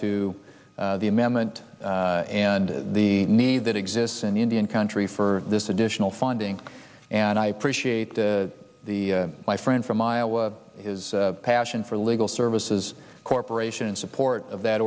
to the amendment and the need that exists in indian country for this additional funding and i appreciate the my friend from iowa his passion for the legal services corporation in support of that